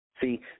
See